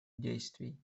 действий